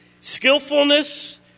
skillfulness